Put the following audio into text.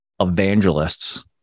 evangelists